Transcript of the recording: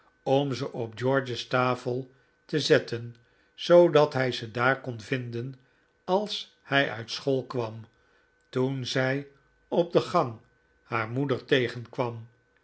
om ze op george's tafel te zetten zoodat hij ze daar kon vinden als hij uit school kwam toen zij op de gang haar moeder tegenkwam